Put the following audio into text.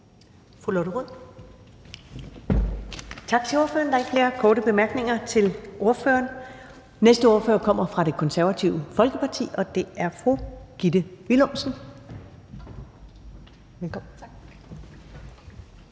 Ellemann): Tak til ordføreren. Der er ikke flere korte bemærkninger til ordføreren. Den næste ordfører kommer fra Det Konservative Folkeparti, og det er fru Gitte Willumsen. Velkommen. Kl.